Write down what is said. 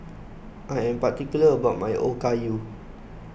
I am particular about my Okayu